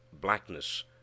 blackness